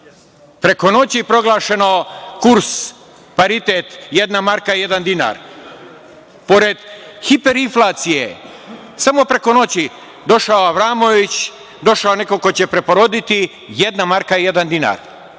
Preko noći je proglašeno, kurs, paritet jedna marka, jedan dinar. Pored hiperinflacije, samo preko noći došao Avramović, došao neko ko će preporoditi, jedna marka, jedan dinar. Mi